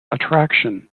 attraction